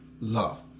Love